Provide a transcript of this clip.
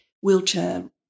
wheelchair